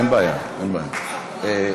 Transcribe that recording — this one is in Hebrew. אדוני היושב-ראש,